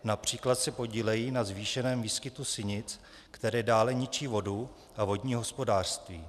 Například se podílejí na zvýšeném výskytu sinic, které dále ničí vodu a vodní hospodářství.